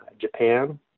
Japan